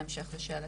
בהמשך לשאלתך.